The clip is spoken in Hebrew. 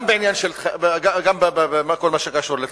גם בכל מה שקשור לתכנים.